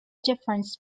difference